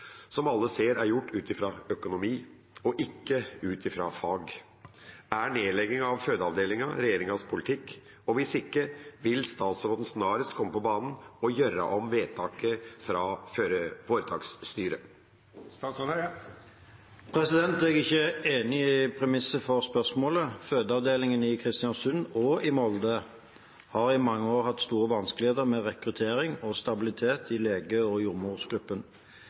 som alle ser er gjort ut ifrå økonomi, og ikkje ut ifrå fag. Er nedlegging av fødeavdelinga regjeringas politikk, og viss ikkje – vil statsråden snarast koma på banen og gjera om vedtaket frå føretaksstyret?» Jeg er ikke enig i premisset for spørsmålet. Fødeavdelingene i Kristiansund og i Molde har i mange år hatt store vanskeligheter med rekruttering og stabilitet i lege- og jordmorsgruppen.